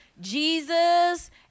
Jesus